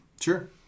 Sure